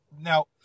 Now